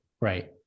right